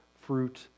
fruit